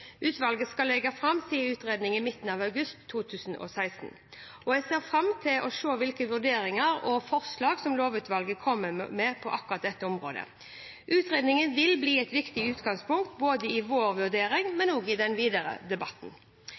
Utvalget skal legge fram sin utredning i midten av august 2016. Jeg ser fram til å se hvilke vurderinger og forslag lovutvalget kommer med på dette området. Utredningen vil bli et viktig utgangspunkt både i vår vurdering og i den videre debatten.